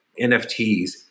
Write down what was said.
NFTs